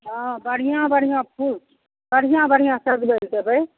हँ बढ़िआँ बढ़िआँ फूल बढ़िआँ बढ़िआँ सब रङ्ग देबै